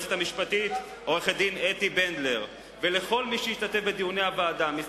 ליועצת המשפטית עורכת-הדין אתי בנדלר ולכל מי שהשתתף בדיוני הוועדה.